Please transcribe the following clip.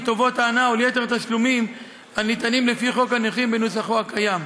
לטובות ההנאה וליתר התשלומים הניתנים לפי חוק הנכים בנוסחו הקיים.